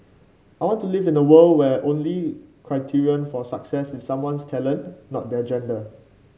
I want to live in a world where only criterion for success is someone's talent not their gender